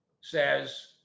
says